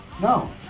No